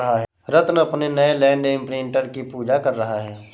रत्न अपने नए land imprinter की पूजा कर रहा है